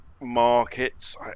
markets